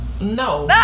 No